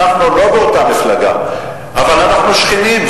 אנחנו לא באותה מפלגה אבל אנחנו שכנים,